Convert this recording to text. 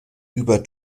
über